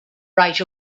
right